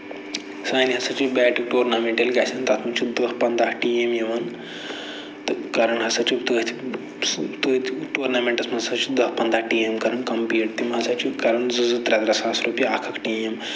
سانہِ ہسا چھِ بٮ۪ٹہٕ ٹورنَمٮ۪نٹ ییٚلہِ گژھن تَتھ منٛز چھِ دَہ پنٛداہ ٹیٖم یِوان تہٕ کران ہسا چھِ تٔتھۍ تٔتھۍ ٹورنَمٮ۪نٹَس منٛز ہسا چھِ دہ پَنداہ ٹیٖم کران کَمپیٖٹ تِم ہسا چھِ کران زٕ زٕ ترٛےٚ ترٛےٚ ساس اکھ اکھ ٹیٖم